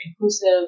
inclusive